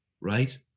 right